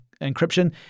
encryption